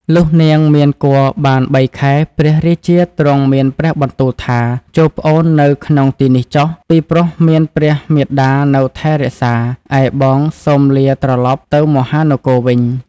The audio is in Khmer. លុះនាងមានគភ៌‌បានបីខែព្រះរាជាទ្រង់មានព្រះបន្ទូលថា ចូរប្អូននៅក្នុងទីនេះចុះ ពីព្រោះមានព្រះមាតានៅថែរក្សា ឯបងសូមលាត្រលប់ទៅមហានគរវិញ។